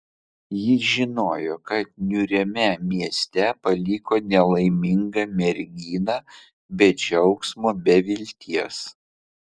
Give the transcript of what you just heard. jis žinojo kad niūriame mieste paliko nelaimingą merginą be džiaugsmo be vilties